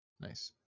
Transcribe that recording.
Nice